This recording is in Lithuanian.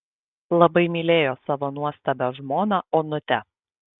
labai mylėjo savo nuostabią žmoną onutę